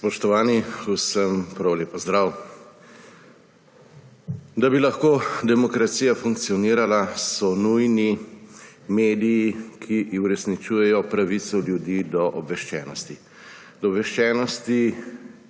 Spoštovani, vsem prav lep pozdrav! Da bi lahko demokracija funkcionirala, so nujni mediji, ki uresničujejo pravico ljudi do obveščenosti. Do obveščenosti,